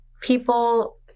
People